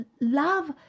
love